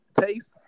taste